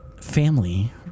family